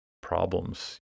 problems